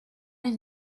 les